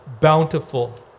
bountiful